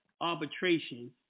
arbitration